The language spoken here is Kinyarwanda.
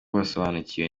basobanukiwe